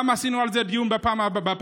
גם עשינו על זה דיון על זה בפעם הקודמת,